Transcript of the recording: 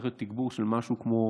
הולך להיות תגבור של משהו כמו